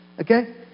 Okay